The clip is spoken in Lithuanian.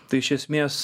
tai iš esmės